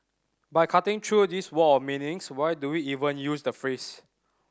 but cutting through this wall of meanings why do we even use the phrase